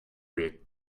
with